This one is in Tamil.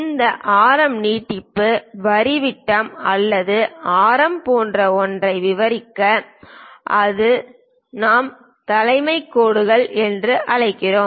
இந்த ஆரம் நீட்டிப்பு வரி விட்டம் அல்லது ஆரம் போன்ற ஒன்றை விவரிக்க அது நாம் தலைவர் கோடுகள் என்று அழைக்கிறது